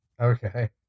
Okay